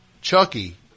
Chucky